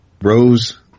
Rose